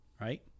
right